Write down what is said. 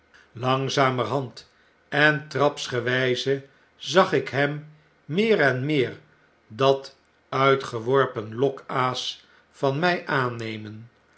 langzamerhand en trapsgewijze zag ik hem meer en meer dat uitgeworpen lokaas van mij aannemen